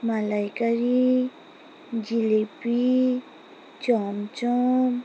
মালাইকারি jalebi chamcham